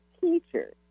teachers